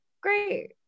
great